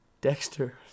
Dexter